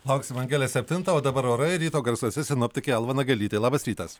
lauksim angelės septintą o dabar orai ryto garsuose sinoptikė alma nagelytė labas rytas